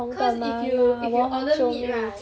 cause if you if you order meat right